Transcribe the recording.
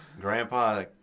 Grandpa